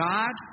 God